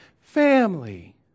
family